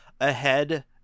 ahead